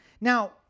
Now